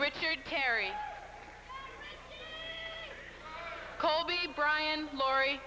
richard perry colby bryan laurie